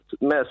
mess